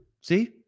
see